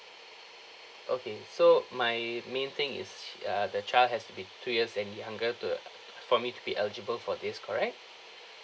okay so my main thing is ah the child has to be two years and younger to ugh for me to be eligible for this correct